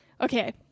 Okay